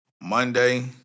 Monday